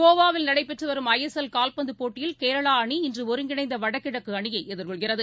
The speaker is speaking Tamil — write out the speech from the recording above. கோவாவில் நடைபெற்றுவரும் கால்பந்துபோட்டியில் கேரளாஅணி இன்றுஒருங்கிணைந்தவடகிழக்குஅணியைஎதிர்கொள்கிறது